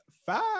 Five